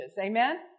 Amen